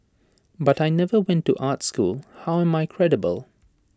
but I never went to art school how am I credible